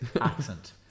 accent